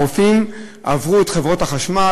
הרופאים עברו את חברת החשמל,